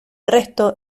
resto